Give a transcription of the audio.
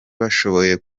bashoboye